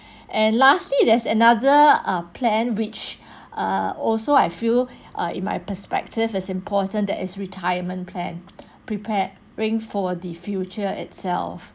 and lastly there's another um plan which uh also I feel uh in my perspective is important that is retirement plan preparing for the future itself